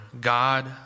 God